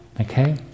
Okay